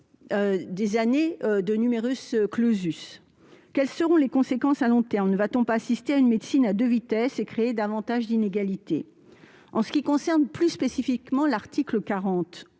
des années de ? Quelles seront les conséquences à long terme ? Ne va-t-on pas assister à une médecine à deux vitesses et créer davantage d'inégalités ? J'en viens plus spécifiquement à l'article 40